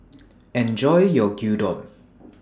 Enjoy your Gyudon